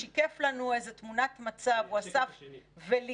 הוא שיקף לנו תמונת מצב, הוא אסף וליקט